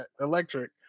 electric